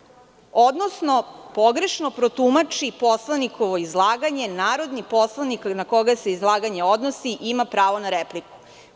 - odnosno pogrešno protumači poslanikovo izlaganje narodni poslanik na koga se izlaganje odnosi ima pravo na repliku.